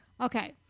Okay